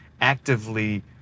actively